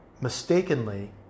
mistakenly